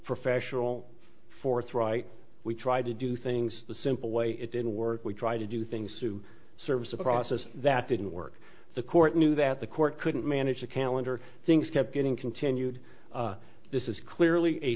professional forthright we tried to do things the simple way it didn't work we tried to do things to service a process that didn't work the court knew that the court couldn't manage the calendar things kept getting continued this is clearly a